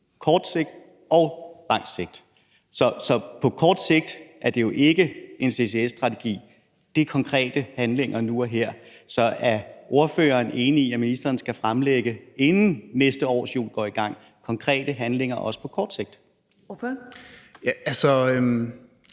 kort sigt og lang sigt. Så på kort sigt er det jo ikke en ccs-strategi, men det er konkrete handlinger nu og her. Så er ordføreren enig i, at ministeren – inden næste årshjul går i gang – skal fremlægge konkrete handlinger også på kort sigt? Kl.